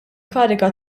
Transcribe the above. kariga